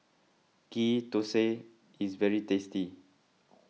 Ghee Thosai is very tasty